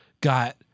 got